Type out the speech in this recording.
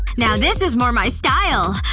now this is more my style.